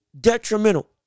detrimental